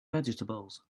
vegetables